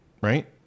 right